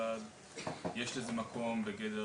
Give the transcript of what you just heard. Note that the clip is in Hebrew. יש לזה מקום בגדר